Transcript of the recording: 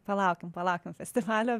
palaukim palaukim festivalio